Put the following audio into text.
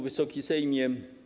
Wysoki Sejmie!